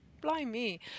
Blimey